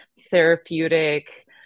therapeutic